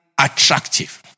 attractive